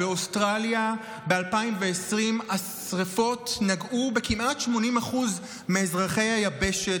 באוסטרליה ב-2020 השרפות נגעו בכמעט 80% מאזרחי היבשת